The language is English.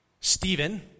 Stephen